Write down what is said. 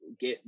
get